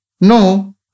No